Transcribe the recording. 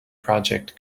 project